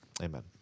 Amen